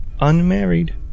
Unmarried